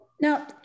Now